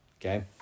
Okay